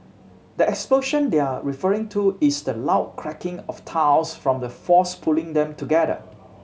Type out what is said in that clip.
the explosion they're referring to is the loud cracking of tiles from the force pulling them together